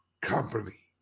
company